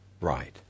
right